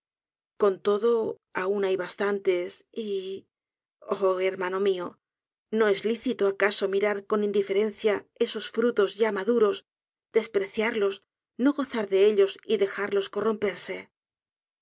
con todo aun hay bastantes y oh hermano mío nos es lícito acaso mirar con indiferenciaesos frutos ya maduros despreciarlos no gozar de ellos y dejarlos corromperse